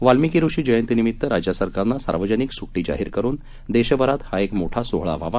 वाल्मिकी ऋषी जयंतीनिमित्त राज्य सरकारनं सार्वजनिक सुट्टी जाहीर करुन देशभरात हा एक मोठा सोहळा व्हावा